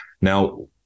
now